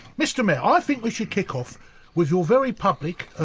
mr mayor, i think we should kick off with your very public, er,